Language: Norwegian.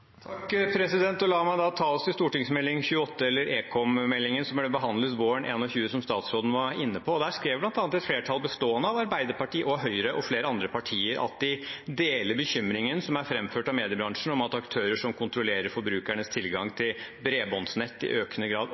La meg da ta oss til Meld. St. 28 for 2020–2021, ekommeldingen, som ble behandlet våren 2021, og som statsråden var inne på. I innstillingen skrev bl.a. et flertall bestående av Arbeiderpartiet, Høyre og flere andre partier at de «deler den bekymring som er fremført av mediebransjen om at aktører som kontrollerer forbrukernes tilgang til bredbåndsnett, i økende grad